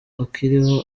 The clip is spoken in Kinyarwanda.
akiriho